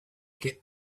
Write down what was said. get